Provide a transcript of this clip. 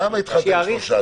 למה התחלת עם שלושה?